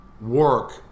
work